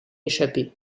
échapper